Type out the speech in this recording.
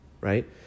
right